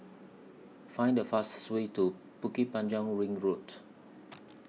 Find The fastest Way to Bukit Panjang Ring Road